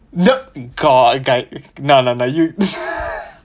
the no no no you